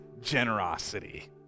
generosity